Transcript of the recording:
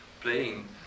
playing